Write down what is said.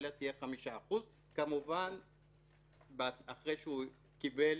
אלא תהיה 5%. כמובן אחרי שהוא לא קיבל